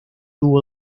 tuvo